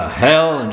hell